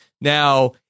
Now